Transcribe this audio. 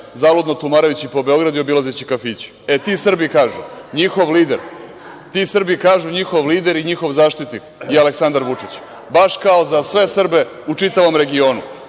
zaludno tumarajući po Beogradu i obilazeći kafiće. E, ti Srbi kažu - njihov lider i njihov zaštitnik je Aleksandar Vučić, baš kao za sve Srbe u čitavom regionu,